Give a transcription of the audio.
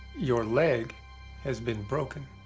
your leg has been broken.